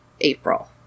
April